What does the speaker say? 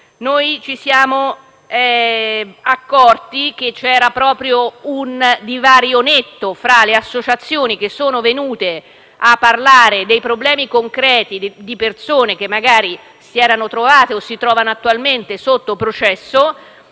ci siamo accorti dell'esistenza di un divario netto fra le associazioni che sono venute a parlare dei problemi concreti di persone che, magari, si sono trovate o si trovano attualmente sotto processo,